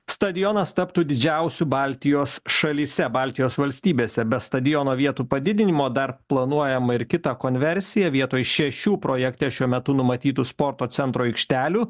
stadionas taptų didžiausiu baltijos šalyse baltijos valstybėse be stadiono vietų padidinimo dar planuojama ir kita konversija vietoj šešių projekte šiuo metu numatytų sporto centro aikštelių